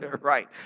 Right